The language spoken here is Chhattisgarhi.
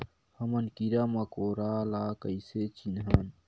हमन कीरा मकोरा ला कइसे चिन्हन?